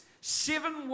seven